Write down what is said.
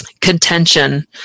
contention